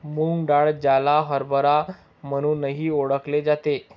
मूग डाळ, ज्याला हरभरा म्हणूनही ओळखले जाते